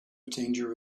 danger